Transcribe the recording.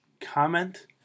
comment